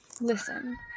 listen